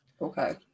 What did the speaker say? okay